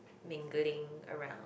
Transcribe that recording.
mingling around